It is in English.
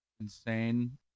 insane